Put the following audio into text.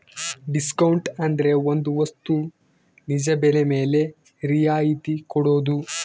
discount ಅಂದ್ರೆ ಒಂದ್ ವಸ್ತು ನಿಜ ಬೆಲೆ ಮೇಲೆ ರಿಯಾಯತಿ ಕೊಡೋದು